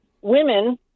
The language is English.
women